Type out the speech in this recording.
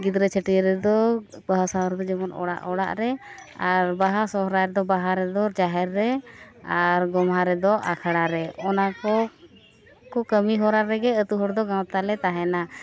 ᱜᱤᱫᱽᱨᱟᱹ ᱪᱷᱟᱹᱴᱭᱟᱹᱨ ᱨᱮᱫᱚ ᱵᱟᱦᱟ ᱥᱟᱶᱟᱭ ᱨᱮᱫᱚ ᱡᱮᱢᱚᱱ ᱚᱲᱟᱜ ᱚᱲᱟᱜ ᱨᱮ ᱟᱨ ᱵᱟᱦᱟ ᱥᱚᱦᱚᱨᱟᱭ ᱨᱮᱫᱚ ᱵᱟᱦᱟ ᱨᱮᱫᱚ ᱡᱟᱦᱮᱨ ᱨᱮ ᱟᱨ ᱜᱳᱢᱦᱟ ᱨᱮᱫᱚ ᱟᱠᱷᱲᱟ ᱨᱮ ᱚᱱᱟ ᱠᱚ ᱠᱟᱹᱢᱤ ᱦᱚᱨᱟ ᱨᱮᱜᱮ ᱟᱹᱛᱩ ᱦᱚᱲ ᱫᱚ ᱜᱟᱶᱛᱟ ᱞᱮ ᱛᱟᱦᱮᱱᱟ